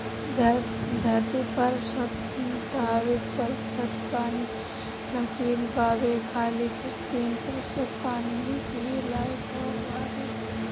धरती पर पर संतानबे प्रतिशत पानी नमकीन बावे खाली तीन प्रतिशत पानी ही पिए लायक बावे